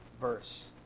verse